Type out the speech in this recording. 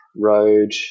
road